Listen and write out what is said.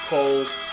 Cold